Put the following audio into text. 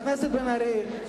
זה